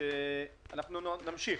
שאנחנו נמשיך